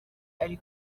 ari